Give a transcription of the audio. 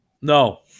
No